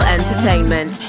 Entertainment